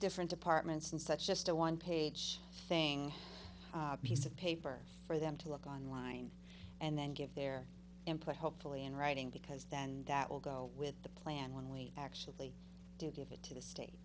different departments and such just a one page thing piece of paper for them to look on line and then give their input hopefully in writing because then that will go with the plan when we actually do give it to the state